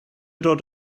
dod